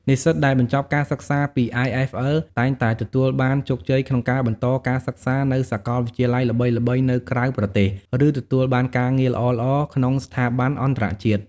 និស្សិតដែលបញ្ចប់ការសិក្សាពី IFL តែងតែទទួលបានជោគជ័យក្នុងការបន្តការសិក្សានៅសាកលវិទ្យាល័យល្បីៗនៅក្រៅប្រទេស ឬទទួលបានការងារល្អៗក្នុងស្ថាប័នអន្តរជាតិ។